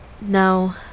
No